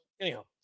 anyhow